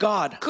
God